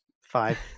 five